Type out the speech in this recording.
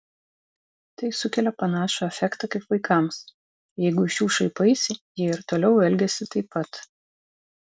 tai sukelia panašų efektą kaip vaikams jeigu iš jų šaipaisi jie ir toliau elgiasi taip pat